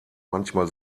manchmal